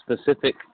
specific